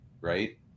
right